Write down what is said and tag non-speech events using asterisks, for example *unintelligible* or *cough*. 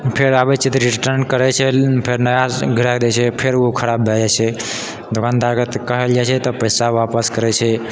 फेर आबै छै तऽ रिटर्न करै छै फेर नया *unintelligible* दै छै फेर उहो खराब भए जाइ छै दोकानदारके तऽ कहल जाइ छै तऽ पैसा वापस करै छै